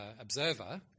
observer